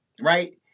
right